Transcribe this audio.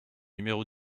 numéro